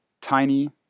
tiny